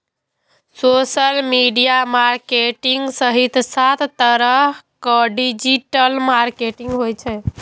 social media marketing सहित सात तरहक डिजिटल मार्केटिंग होइ छै